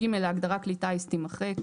(ג) ההגדרה "כלי טיס" - תימחק.